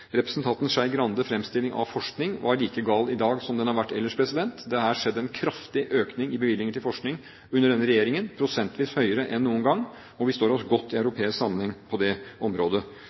Representanten Skei Grandes fremstilling av forskning var like gal i dag som den har vært ellers. Det har skjedd en kraftig økning i bevilgningene til forskning under denne regjeringen – prosentvis høyere enn noen gang – og vi står oss godt i europeisk sammenheng på det området.